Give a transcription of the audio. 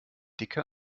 dicke